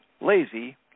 lazy